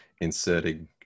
inserting